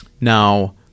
now